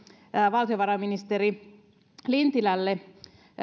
valtiovarainministeri lintilälle